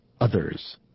others